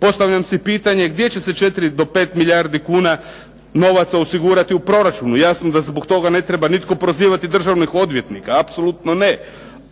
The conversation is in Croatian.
Postavljam si pitanje, gdje će se 4 do 5 milijardi kuna novaca osigurati u proračunu? Jasno da zbog toga ne treba nitko prozivati državnog odvjetnika, apsolutno ne.